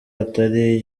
atari